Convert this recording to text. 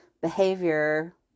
behavior